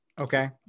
okay